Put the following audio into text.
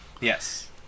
Yes